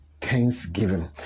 thanksgiving